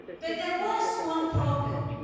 but there was one problem,